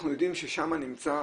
אנחנו יודעים ששם נמצאים